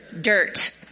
Dirt